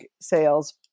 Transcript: sales